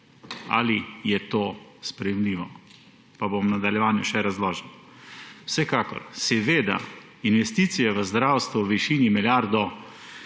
ali je to sprejemljivo. Pa bom v nadaljevanju še razložil. Vsekakor, seveda, investicije v zdravstvo v višini milijarde